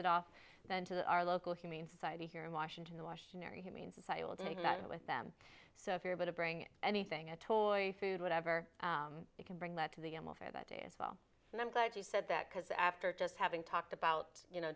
it off then to our local humane society here in washington the washington area humane society will take that with them so if you're a bit of bring anything a toy food whatever you can bring that to the animal for that day as well and i'm glad you said that because after just having talked about you know